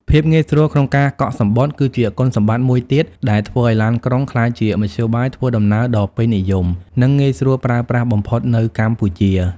ភាពងាយស្រួលក្នុងការកក់សំបុត្រ គឺជាគុណសម្បត្តិមួយទៀតដែលធ្វើឱ្យឡានក្រុងក្លាយជាមធ្យោបាយធ្វើដំណើរដ៏ពេញនិយម និងងាយស្រួលប្រើប្រាស់បំផុតនៅកម្ពុជា។